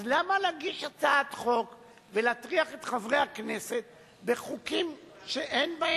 אז למה להגיש הצעת חוק ולהטריח את חברי הכנסת בחוקים שאין בהם צורך?